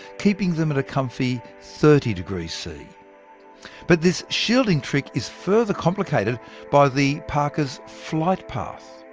keeping them at a comfy thirty degc. but this shielding trick is further complicated by the parker's flightpath.